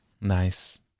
nice